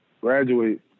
graduate